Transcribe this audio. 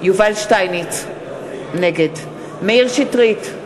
יובל שטייניץ, נגד מאיר שטרית,